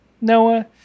Noah